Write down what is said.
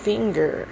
finger